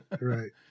Right